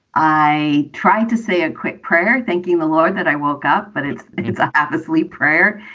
i tried to say a quick prayer thanking the lord that i woke up, but it's it's a apsley prayer.